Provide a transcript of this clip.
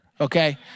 okay